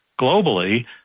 globally